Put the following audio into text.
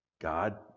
God